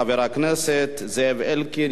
חבר הכנסת זאב אלקין,